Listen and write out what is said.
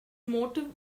motive